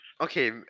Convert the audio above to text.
Okay